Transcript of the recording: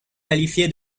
qualifié